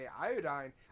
iodine